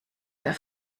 der